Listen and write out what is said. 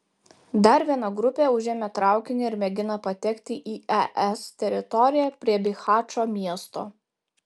dar viena grupė užėmė traukinį ir mėgina patekti į es teritoriją prie bihačo miesto